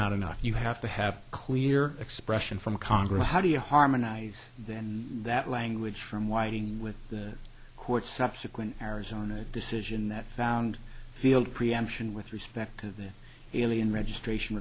not enough you have to have a clear expression from congress how do you harmonize then that language from whiting with the court's subsequent arizona decision that found field preemption with respect to the elian registration